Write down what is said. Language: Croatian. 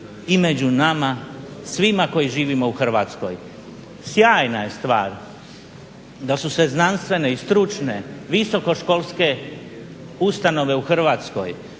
i među nama svima koji živimo u Hrvatskoj. Sjajna je stvar da su se znanstvene i stručne, visoko školske ustanove u Hrvatskoj